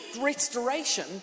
restoration